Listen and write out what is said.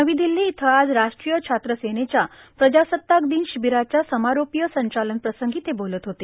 नवी दिल्लो इथं आज राष्ट्रीय छात्र सेनेच्या प्रजासत्ताक दिन र्शांबराच्या समारोपीय संचालन प्रसंगी ते बोलत होते